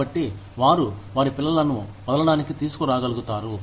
కాబట్టి వారు వారి పిల్లలను వదలడానికి తీసుకురాగలుగుతారు